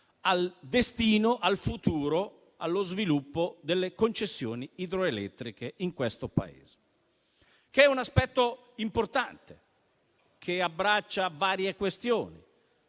al destino, al futuro, allo sviluppo delle concessioni idroelettriche in questo Paese, che è un aspetto importante che abbraccia varie questioni.